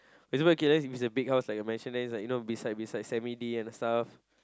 for example okay is a big house like you know beside beside semi-d and stuff